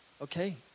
Okay